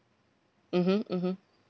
mmhmm mmhmm